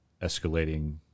escalating